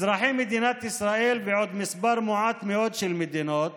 אזרחי מדינת ישראל ועוד מספר מועט מאוד של מדינות